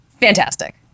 fantastic